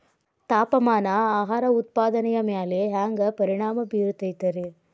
ತಾಪಮಾನ ಆಹಾರ ಉತ್ಪಾದನೆಯ ಮ್ಯಾಲೆ ಹ್ಯಾಂಗ ಪರಿಣಾಮ ಬೇರುತೈತ ರೇ?